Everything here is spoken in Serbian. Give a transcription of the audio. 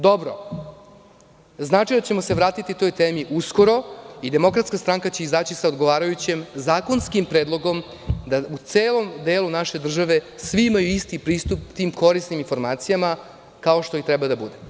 Dobro, znači da ćemo se vratiti toj temi uskoro i DS će izaći sa odgovarajućim zakonskim predlogom da u celom delu naše države svi imaju isti pristup tim korisnim informacijama, kao što i treba da bude.